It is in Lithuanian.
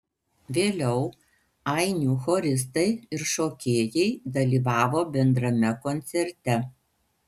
vėliau ainių choristai ir šokėjai dalyvavo bendrame koncerte